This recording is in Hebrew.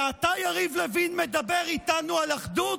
ואתה, יריב לוין, מדבר איתנו על אחדות?